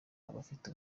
abafite